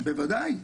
בוודאי.